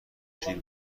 شیر